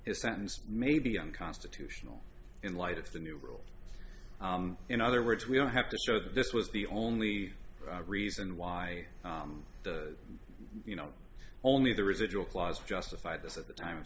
his sentence may be unconstitutional in light of the new rule in other words we don't have to show that this was the only reason why you know only the residual clause justified this at the time